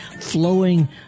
flowing